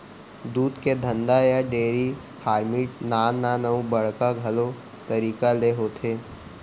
दूद के धंधा या डेरी फार्मिट नान नान अउ बड़का घलौ तरीका ले होथे